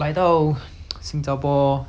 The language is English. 读几年书 then